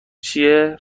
چیه